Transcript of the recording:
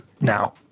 Now